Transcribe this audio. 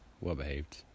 well-behaved